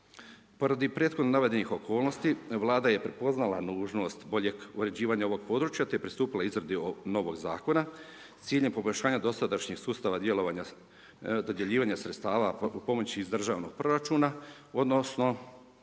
Radi prethodno navedenih okolnosti, vlada je prepoznala nužnost, boljeg uređivanja ovog područja, te pristupila izradi ovog novog zakona, s ciljem poboljšanja dosadašnjeg sustava dodjeljivanja sredstava pomoći iz državnog proračuna, odnosno,